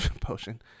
potion